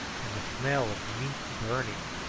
and the smell of meat burning,